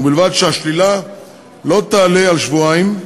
ובלבד שהשלילה לא תעלה על שבועיים.